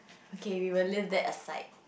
okay we will leave that aside